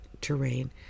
terrain